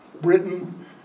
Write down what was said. Britain